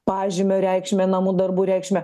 pažymio reikšmę namų darbų reikšmę